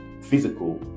physical